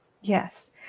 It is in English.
Yes